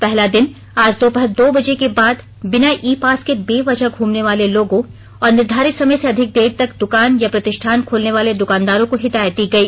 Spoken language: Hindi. पहला दिन आज दोपहर दो बजे के बाद बिना ई पास के बेवजह घूमने वाले लोगों और निर्धारित समय से अधिक देर तक दुकान या प्रतिष्ठान खोलने वाले दुकानदारों को हिदायत दी गई